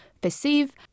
perceive